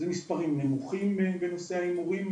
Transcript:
זה מספרים נמוכים בנושא ההימורים,